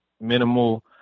minimal